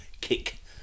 kick